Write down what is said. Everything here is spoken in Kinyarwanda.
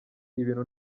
ibintu